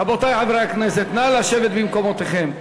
רבותי חברי הכנסת, נא לשבת במקומותיכם.